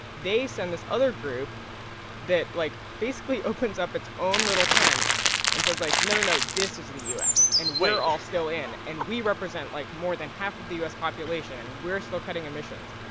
they send this other group that, like, basically opens up its own little tent and says, like, no, no, no. this is the u s wait and we're all still in. and we represent, like, more than half of the u s. population. we're still cutting emissions.